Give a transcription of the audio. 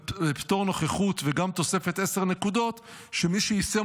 פטור נוכחות וגם תוספת עשר נקודות שמי שיישם